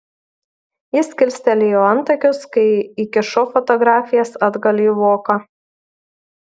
jis kilstelėjo antakius kai įkišau fotografijas atgal į voką